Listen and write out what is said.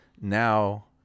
now